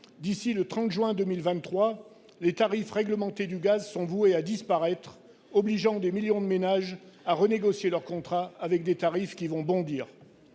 d'ici au 30 juin 2023, les tarifs réglementés du gaz sont voués à disparaître, obligeant des millions de ménages à renégocier leurs contrats, avec des tarifs qui vont bondir.